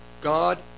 God